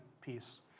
piece